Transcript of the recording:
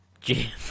Jim